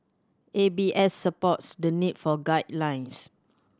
A B S supports the need for guidelines